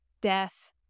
death